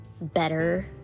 better